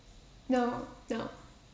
now now